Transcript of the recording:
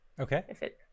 Okay